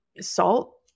Salt